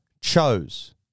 chose